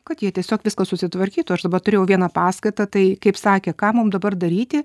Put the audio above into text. kad jie tiesiog viską susitvarkytų aš dabar turėjau vieną paskaitą tai kaip sakė ką mum dabar daryti